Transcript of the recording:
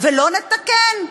ולא נתקן,